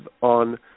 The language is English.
on